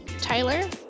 tyler